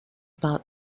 about